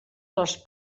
les